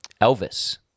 Elvis